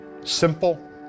simple